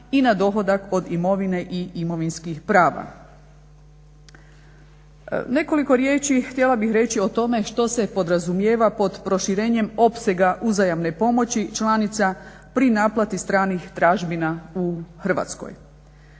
i na dohodak od imovine i imovinskih prava. Nekoliko riječi htjela bih reći o tome što se podrazumijeva pod proširenjem opsega uzajamne pomoći članica pri naplati stranih tražbina u Hrvatskoj.